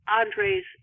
Andre's